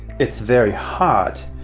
it's very hot!